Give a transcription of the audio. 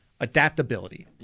adaptability